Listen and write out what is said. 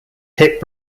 hit